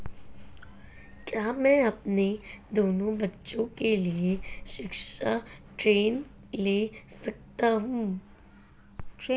क्या मैं अपने दोनों बच्चों के लिए शिक्षा ऋण ले सकता हूँ?